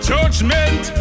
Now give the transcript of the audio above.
Judgment